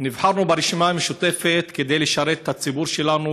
נבחרנו ברשימה המשותפת כדי לשרת את הציבור שלנו,